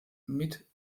mit